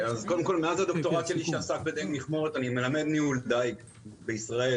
מאז הדוקטורט שלי שעסק בדיג מכמורת אני מלמד ניהול דיג בישראל,